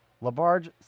LaBarge